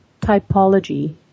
typology